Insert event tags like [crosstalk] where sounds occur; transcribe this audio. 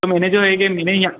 तो मैंने जो एके [unintelligible]